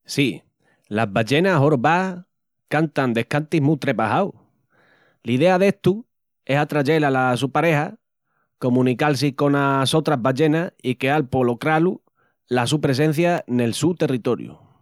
Sí, las ballenas jorobás cantan descantis mu trebajaus. L'idea d'estu es atrayel ala su pareja, comunical-si conas sotras ballenas i queal polo cralu la su presencia nel su territoriu.